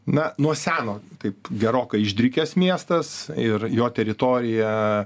na nuo seno taip gerokai išdrikęs miestas ir jo teritorija